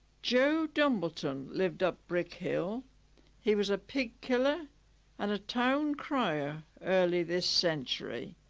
joe dumbleton lived up brick hill he was a pig killer and a town crier early this century